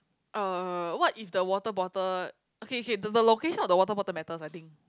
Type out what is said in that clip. uh what if the water bottle okay okay the the location of the water bottle matters I think